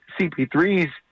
CP3's